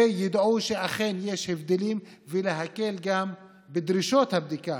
ושידעו שאכן יש הבדלים וגם יקלו בדרישות הבדיקה: